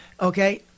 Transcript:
Okay